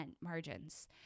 margins